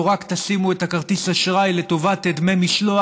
או רק תשימו את כרטיס האשראי לטובת דמי משלוח.